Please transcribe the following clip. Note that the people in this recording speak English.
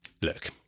Look